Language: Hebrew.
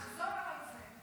תחזור על זה.